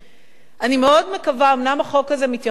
אני מאוד מקווה, אומנם החוק הזה מתייחס להיבט קטן,